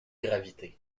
gravité